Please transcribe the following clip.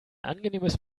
angenehmes